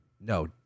no